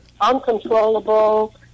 uncontrollable